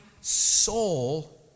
soul